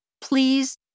Please